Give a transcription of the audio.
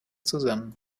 zusammen